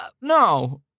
no